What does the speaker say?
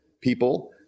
people